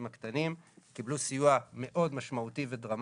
הקטנים קיבלו סיוע מאוד משמעותי ודרמטי,